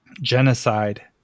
genocide